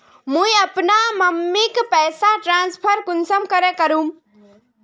मुई अपना मम्मीक पैसा ट्रांसफर कुंसम करे करूम?